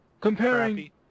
Comparing